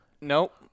Nope